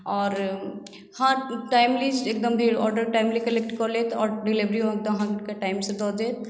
आओर हँ टाइमली एकदम भेल ऑर्डर टाइमली कलेक्ट कऽ लैत आओर डिलिवरियो एकदम अहाँके टाइम सँ दऽ दैत